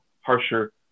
harsher